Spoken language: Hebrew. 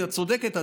ואת צודקת,